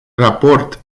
raport